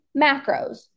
macros